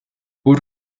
pur